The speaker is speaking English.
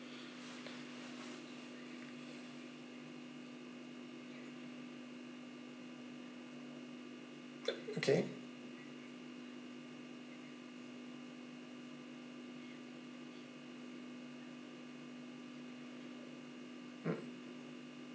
okay mm